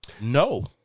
No